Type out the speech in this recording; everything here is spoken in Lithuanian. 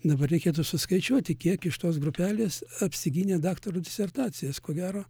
dabar reikėtų suskaičiuoti kiek iš tos grupelės apsigynė daktaro disertacijas ko gero